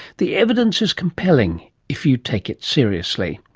the evidence is compelling if you take it seriously.